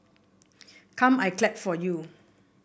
come I clap for you